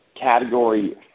category